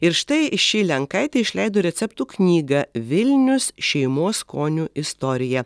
ir štai ši lenkaitė išleido receptų knygą vilnius šeimos skonių istorija